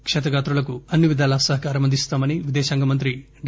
క్షతగాత్రులకు అన్ని విధాల సహకారం అందిస్తామని విదేశాంగ మంత్రి డా